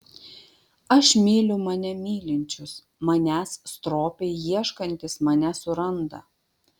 aš myliu mane mylinčius manęs stropiai ieškantys mane suranda